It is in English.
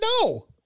no